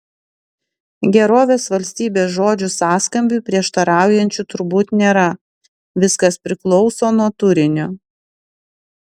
gerovės valstybės žodžių sąskambiui prieštaraujančių turbūt nėra viskas priklauso nuo turinio